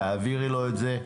תעבירי לו את זה.